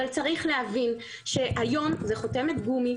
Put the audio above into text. אבל צריך להבין שהיום זה חותמת גומי.